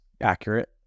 accurate